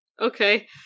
Okay